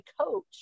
coach